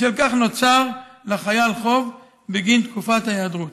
בשל כך נוצר לחייל חוב בגין תקופת ההיעדרות.